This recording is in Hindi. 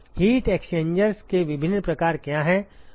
हीट एक्सचेंजर्स के विभिन्न प्रकार क्या हैं